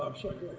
um second